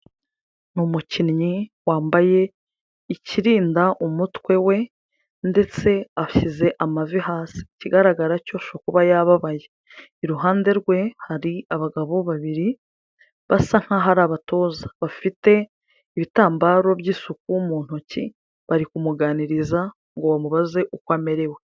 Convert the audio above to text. Ni umukinnyi wambaye ikirinda umutwe we ndetse ashyize amavi hasi, ikigaragara cyo ahobora kuba yababaye, iruhande rwe hari abagabo babiri basa nk'aho ari abatoza, bafite ibitambaro by'isuku mu ntoki bari kumuganiriza ngo bamubaze uko amerewe.